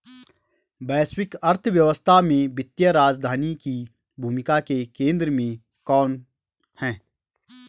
वैश्विक अर्थव्यवस्था में वित्तीय राजधानी की भूमिका के केंद्र में कौन है?